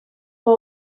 her